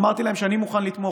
אמרתי להם שאני מוכן לתמוך,